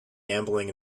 gambling